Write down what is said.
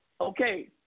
Okay